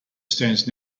stands